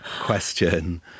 question